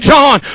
John